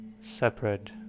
separate